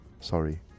Sorry